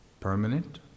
Permanent